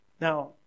Now